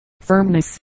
firmness